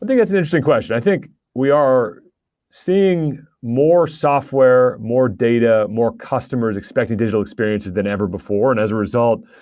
think that's an interesting question. i think we are seeing more software, more data, more customers expecting digital experiences than ever before, and as a result,